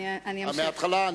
אני עוצר את